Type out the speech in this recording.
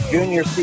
Junior